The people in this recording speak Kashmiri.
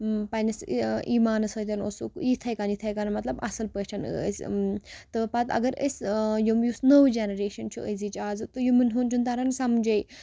پنٛنِس ایٖمانَس سۭتۍ اوسُکھ یِتھَے کَن یِتھَے کَن مطلب اَصٕل پٲٹھۍ ٲسۍ تہٕ پَتہٕ اگر أسۍ یِم یُس نٔو جَنریشَن چھُ أزِچ اَزٕ تہٕ یِمَن ہُںٛد چھُنہٕ تَران سَمجھے